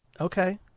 Okay